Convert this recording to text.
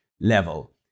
level